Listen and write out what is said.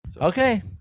Okay